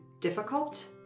difficult